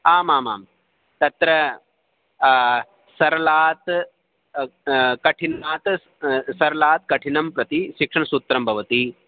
आमामां तत्र सरलात् कठिनात् सरलात् कठिनं प्रति शिक्षणसूत्रं भवति